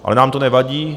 Ale nám to nevadí.